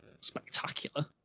spectacular